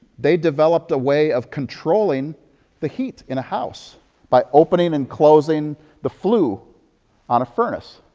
they developed a way of controlling the heat in a house by opening and closing the flue on a furnace.